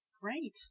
Great